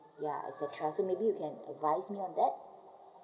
ya et cetera so maybe you can advise me on that